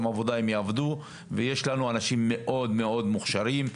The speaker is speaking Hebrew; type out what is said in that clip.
עבודה הם יעבדו ויש לנו אנשים מאוד מאוד מוכשרים.